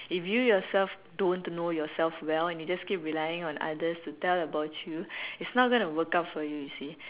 if you yourself don't know yourself well and you just keep relying on others to tell about you it's not going to work out for you you see